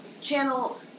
channel